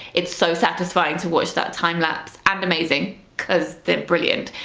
it's so satisfying to watch that time lapse and amazing because they're brilliant,